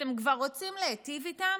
אתם כבר רוצים להיטיב איתם,